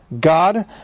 God